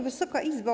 Wysoka Izbo!